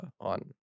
on